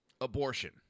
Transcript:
abortion